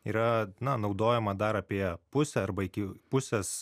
yra na naudojama dar apie pusę arba iki pusės